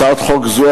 הצעת חוק זו,